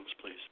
please